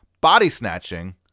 body-snatching